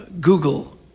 Google